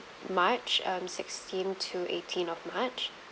march um sixteen to eighteen of march